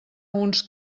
uns